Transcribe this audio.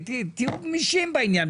תהיו גמישים בעניין.